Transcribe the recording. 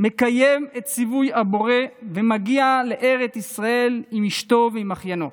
מקיים את ציווי הבורא ומגיע לארץ ישראל עם אשתו ועם אחיינו.